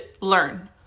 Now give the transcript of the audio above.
learn